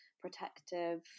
protective